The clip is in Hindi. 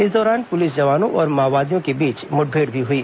इस दौरान पुलिस जवानों और माओवादियों के बीच मुठभेड़ भी हुई